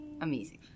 amazing